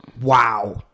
Wow